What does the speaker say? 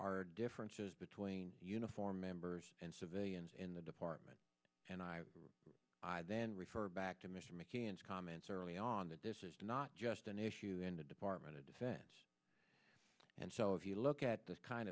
are differences between uniformed members and civilians in the department and i i then refer back to mr mccance comments early on that this is not just an issue in the department of defense and so if you look at this kind